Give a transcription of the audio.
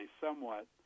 somewhat